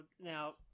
now